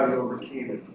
overcame it?